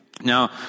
Now